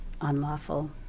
unlawful